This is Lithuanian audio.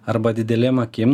arba didelėm akim